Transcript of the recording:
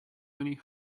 only